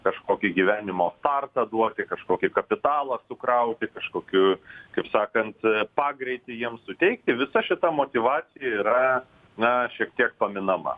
kažkokį gyvenimo startą duoti kažkokį kapitalą sukrauti kažkokiu kaip sakant pagreitį jiem suteikti visa šita motyvacija yra na šiek tiek paminama